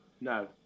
No